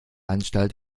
anstalt